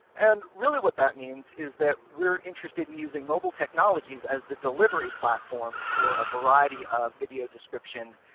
and really what that means is that we are interested in using mobile technologies as the delivery platform for a variety of video description